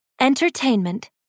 Entertainment